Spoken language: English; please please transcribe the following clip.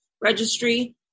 registry